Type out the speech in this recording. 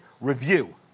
review